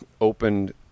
opened